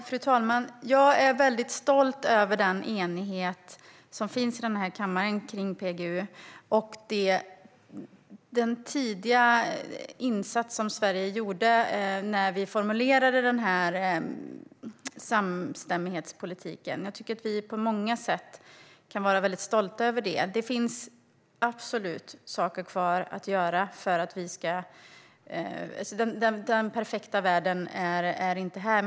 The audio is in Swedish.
Fru talman! Jag är väldigt stolt över den enighet om PGU som finns i denna kammare och över den tidiga insats som Sverige gjorde när vi formulerade vår samstämmighetspolitik. Jag tycker att vi på många sätt kan vara stolta över det. Det finns absolut saker kvar att göra. Den perfekta världen är inte här.